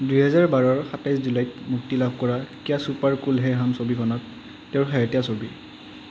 দুহেজাৰ বাৰৰ সাতাইছ জুলাইত মুক্তি লাভ কৰা কিয়া ছুপাৰ কুল হে হম ছবিখন তেওঁৰ শেহতীয়া ছবি